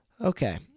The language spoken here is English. Okay